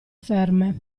ferme